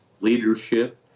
leadership